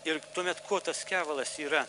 ir tuomet kuo tas kevalas yra